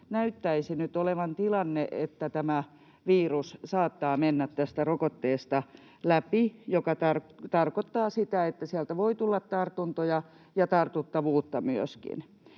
näyttäisi nyt olevan tilanne, että tämä virus saattaa mennä tästä rokotteesta läpi, mikä tarkoittaa sitä, että sieltä voi tulla tartuntoja ja myöskin